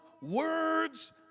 words